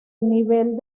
nivel